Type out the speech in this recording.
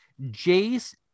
Jace